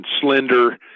slender